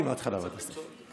קראתי מהתחלה ועד הסוף.